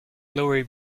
glory